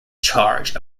charge